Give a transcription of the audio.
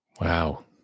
Wow